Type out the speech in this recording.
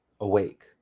Awake